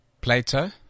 Plato